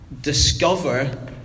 discover